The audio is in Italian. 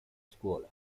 scuola